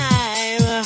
Time